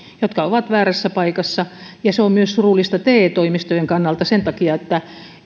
jotka ovat väärässä paikassa ja se on surullista myös te toimistojen kannalta sen takia että